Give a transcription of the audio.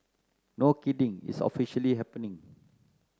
no kidding it's officially happening